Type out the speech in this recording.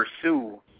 pursue